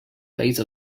phase